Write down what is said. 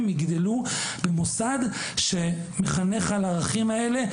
יגדלו במוסד שמחנך על הערכים האלה.